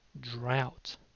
drought